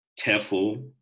careful